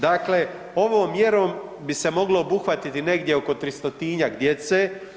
Dakle, ovom mjerom bi se moglo obuhvatiti negdje oko 300-tinjak djece.